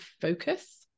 focus